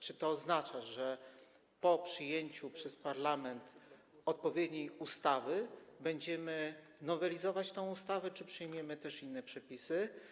Czy to oznacza, że po przyjęciu przez parlament odpowiedniej ustawy będziemy nowelizować tę ustawę czy przyjmiemy też inne przepisy?